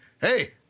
Hey